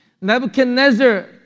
Nebuchadnezzar